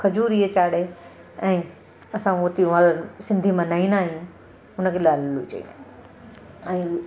खजूर इहे चाढ़े ऐं असां उहो त्यौहार सिंधी मल्हाईंदा आहियूं उनखे लाल लोई चईंदा आहिनि ऐं